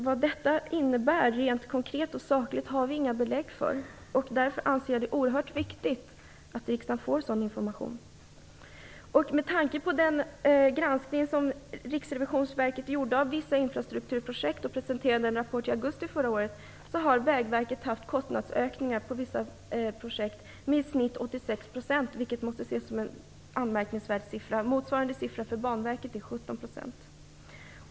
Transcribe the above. Vad detta innebär rent konkret och sakligt har vi inga belägg för, och jag anser det därför oerhört viktigt att riksdagen får information härom. Enligt den granskning som Riksrevisionsverket gjort av vissa infrastrukturprojekt och presenterade i en rapport i augusti förra året har Vägverket haft kostnadsökningar för vissa projekt om i genomsnitt 86 %, vilket måste ses som en anmärkningsvärd uppgift. Motsvarande höjning för Banverket är 17 %.